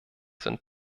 sind